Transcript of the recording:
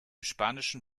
spanischen